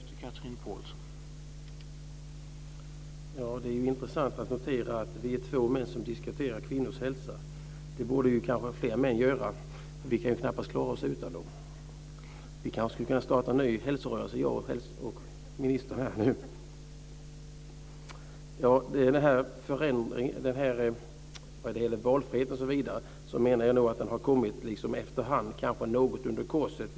Herr talman! Det är intressant att notera att vi är två män som diskuterar kvinnors hälsa. Det borde kanske fler män göra. Vi kan ju knappast klara oss utan dem. Vi kanske skulle kunna starta en ny hälsorörelse jag och ministern här och nu. Vad gäller valfriheten osv. menar jag nog att den har kommit lite efterhand något under korset.